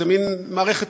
זו מין מערכת